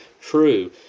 true